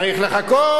צריך לחכות,